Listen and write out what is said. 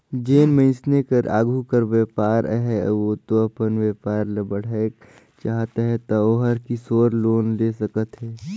जेन मइनसे कर आघु कर बयपार अहे अउ ओ अपन बयपार ल बढ़ाएक चाहत अहे ता ओहर किसोर लोन ले सकत अहे